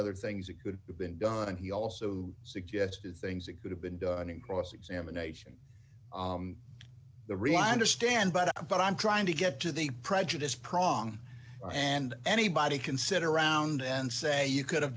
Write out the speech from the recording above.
other things that could have been done he also suggested things that could have been done in cross examination the rionda stand but but i'm trying to get to the prejudice prong and anybody consider around and say you could have